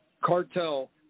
cartel